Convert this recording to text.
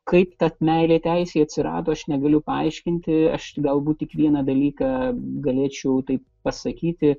kaip tad meilė teisei atsirado aš negaliu paaiškinti aš galbūt tik vieną dalyką galėčiau taip pasakyti